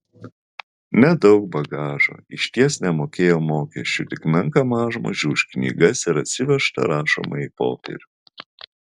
nedaug bagažo išties nemokėjo mokesčių tik menką mažmožį už knygas ir atsivežtą rašomąjį popierių